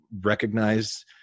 recognize